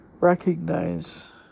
recognize